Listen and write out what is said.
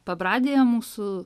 pabradėje mūsų